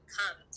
come